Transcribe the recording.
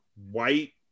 white